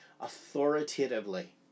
authoritatively